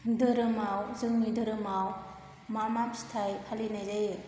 धोरोमाव जोंनि धोरोमाव मा मा फिथाइ फालिनाय जायो